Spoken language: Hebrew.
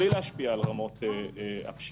בלי להשפיע על רמות הפשיעה.